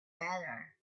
better